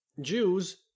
Jews